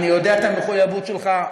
אני יודע את המחויבות שלך,